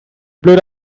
blöde